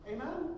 Amen